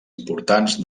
importants